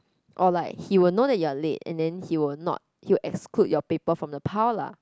or like he will know that you're late and then he will not he will exclude your paper from the pile lah